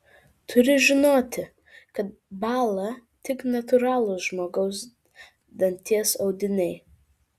turi žinoti kad bąla tik natūralūs žmogaus danties audiniai